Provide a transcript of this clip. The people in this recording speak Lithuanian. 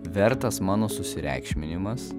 vertas mano susireikšminimas